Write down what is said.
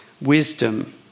wisdom